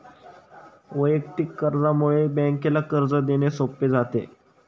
वैयक्तिक कर्जामुळे बँकेला कर्ज देणे सोपे जाते